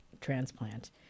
transplant